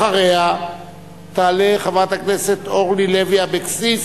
אחריה תעלה חברת הכנסת אורלי לוי אבקסיס,